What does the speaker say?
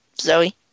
zoe